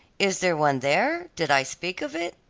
is there one there, did i speak of it?